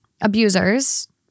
abusers